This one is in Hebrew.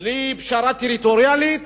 בלי פשרה טריטוריאלית,